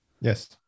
Yes